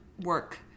work